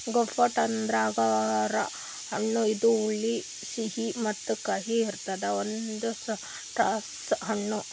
grapefruit ಅಂದುರ್ ಅಂಗುರ್ ಹಣ್ಣ ಇದು ಹುಳಿ, ಸಿಹಿ ಮತ್ತ ಕಹಿ ಇರದ್ ಒಂದು ಸಿಟ್ರಸ್ ಹಣ್ಣು